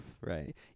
Right